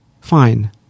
fine